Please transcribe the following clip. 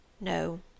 No